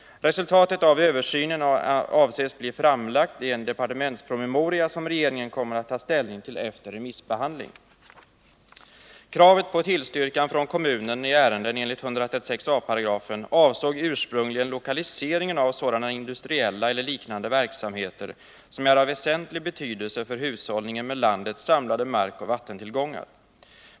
Resultatet av översynen avses bli framlagt i en departementspromemoria som regeringen kommer att ta ställning till efter remissbehandling. Kravet på tillstyrkan från kommunen i ärenden enligt 136 a § BL avsåg ursprungligen lokaliseringen av sådana industriella eller liknande verksamheter som är av väsentlig betydelse för hushållningen med landets samlade markoch vattentillgångar.